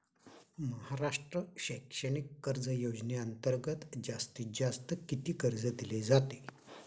महाराष्ट्र शैक्षणिक कर्ज योजनेअंतर्गत जास्तीत जास्त किती कर्ज दिले जाते?